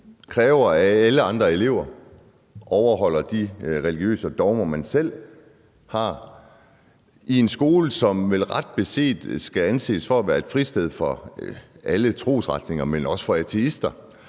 kræver, at alle andre elever overholder de religiøse dogmer, man selv har, i en skole, som vel ret beset skal anses for at være et fristed for alle trosretninger, men også for ateister.